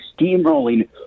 steamrolling